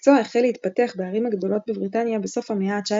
המקצוע החל להתפתח בערים הגדולות בבריטניה בסוף המאה ה-19,